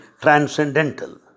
transcendental